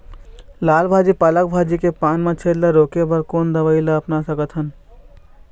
लाल भाजी पालक भाजी के पान मा छेद ला रोके बर कोन दवई ला अपना सकथन?